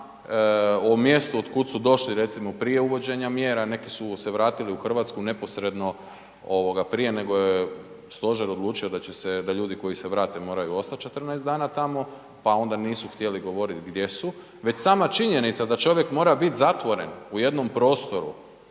o mjestu od kud su došli recimo prije uvođenja mjera, neki su se vratili u Hrvatsku neposredno ovoga prije nego je stožer odlučio da će se, da ljudi koji se vrate moraju ostati 14 dana tamo, pa onda nisu htjeli govoriti gdje su. Već sama činjenica da čovjek mora biti zatvoren u jednom prostoru,